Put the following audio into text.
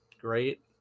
great